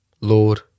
Lord